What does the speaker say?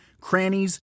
crannies